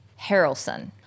Harrelson